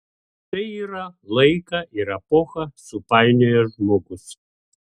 tai yra laiką ir epochą supainiojęs žmogus